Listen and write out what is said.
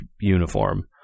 uniform